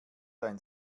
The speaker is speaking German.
dein